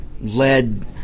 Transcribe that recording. led